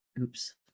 Oops